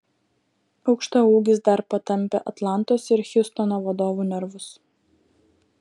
aukštaūgis dar patampė atlantos ir hjustono vadovų nervus